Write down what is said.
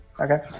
Okay